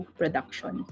production